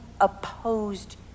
opposed